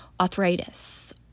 arthritis